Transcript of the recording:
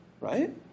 right